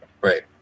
Right